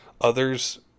others